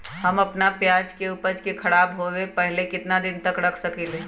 हम अपना प्याज के ऊपज के खराब होबे पहले कितना दिन तक रख सकीं ले?